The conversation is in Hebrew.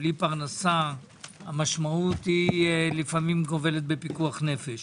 בלי פרנסה המשמעות היא לפעמים גובלת בפיקוח נפש.